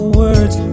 words